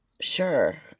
sure